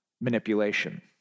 manipulation